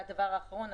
דבר אחרון,